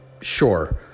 Sure